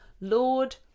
Lord